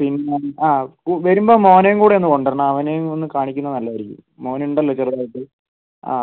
പിന്നെ ആ വരുമ്പോൾ മകനേയും കൂടെ ഒന്ന് കൊണ്ട് വരണം അവനെയും ഒന്ന് കാണിക്കുന്നത് നല്ലതായിരിക്കും മോന് ഉണ്ടല്ലോ ചെറുതായിട്ട് ആ